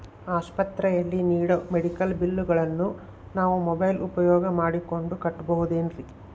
ಆಸ್ಪತ್ರೆಯಲ್ಲಿ ನೇಡೋ ಮೆಡಿಕಲ್ ಬಿಲ್ಲುಗಳನ್ನು ನಾವು ಮೋಬ್ಯೆಲ್ ಉಪಯೋಗ ಮಾಡಿಕೊಂಡು ಕಟ್ಟಬಹುದೇನ್ರಿ?